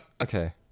Okay